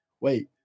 wait